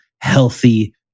healthy